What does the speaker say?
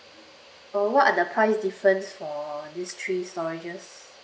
but what are the price difference for these three storages